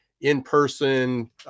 in-person